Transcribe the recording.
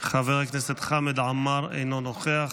חבר הכנסת חמד עמאר, אינו נוכח,